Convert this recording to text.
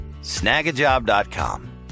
snagajob.com